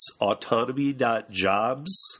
autonomy.jobs